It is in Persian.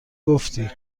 گفتی